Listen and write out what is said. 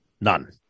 None